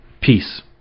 Peace